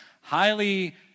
highly